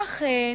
אכן